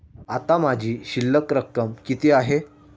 आता माझी शिल्लक रक्कम किती आहे?